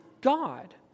God